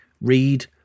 read